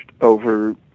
over